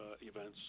events